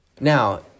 Now